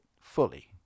fully